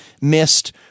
missed